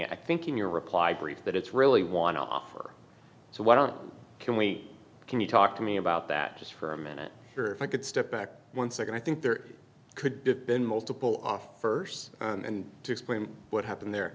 i think in your reply brief that it's really want to offer so why don't we can we can you talk to me about that just for a minute if i could step back one second i think there could have been multiple offers and to explain what happened